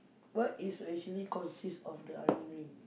what is actually consist of the onion ring